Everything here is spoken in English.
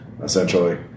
essentially